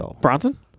Bronson